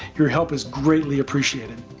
your help is greatly appreciated.